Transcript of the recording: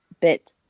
bit